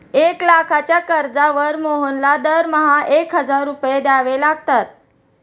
एक लाखाच्या कर्जावर मोहनला दरमहा एक हजार रुपये द्यावे लागतात